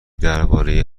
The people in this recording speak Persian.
درباره